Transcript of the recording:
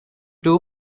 two